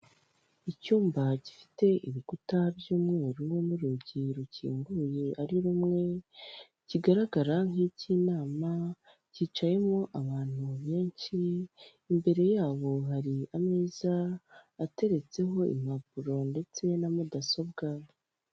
Icyumba gifite ibikuta by'umweru n'urugi rukinguye ari rumwe, kigaragara nk'icy'inama, cyicayemo abantu benshi, imbere yabo hari ameza ateretseho impapuro ndetse na mudasobwa.